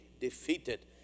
defeated